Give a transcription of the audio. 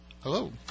Hello